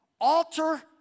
alter